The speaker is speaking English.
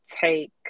take